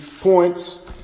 points